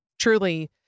truly